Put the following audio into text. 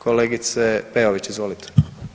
Kolegice Peović, izvolite.